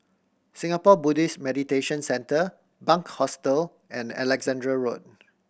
Singapore Buddhist Meditation Centre Bunc Hostel and Alexandra Road